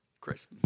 Chris